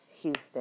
Houston